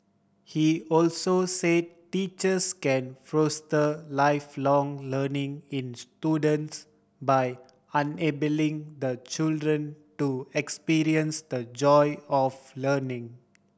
he also say teachers can foster Lifelong Learning in students by enabling the children to experience the joy of learning